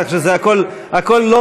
כך שזה הכול "לומדעס",